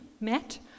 met